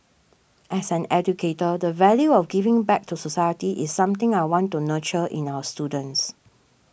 as an educator the value of giving back to society is something I want to nurture in our students